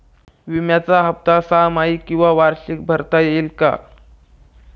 विम्याचा हफ्ता सहामाही किंवा वार्षिक भरता येईल का?